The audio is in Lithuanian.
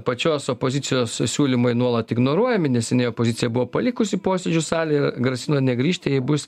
pačios opozicijos siūlymai nuolat ignoruojami neseniai opozicija buvo palikusi posėdžių salę ir grasino negrįžti jei bus